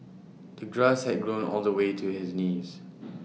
the grass had grown all the way to his knees